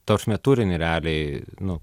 ta prasme turinį realiai nu